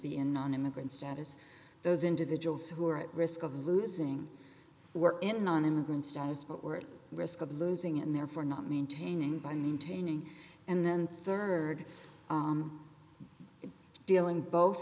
be in on immigrant status those individuals who are at risk of losing work in an immigrant status but were at risk of losing and therefore not maintaining by maintaining and then rd in dealing both